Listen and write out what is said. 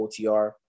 OTR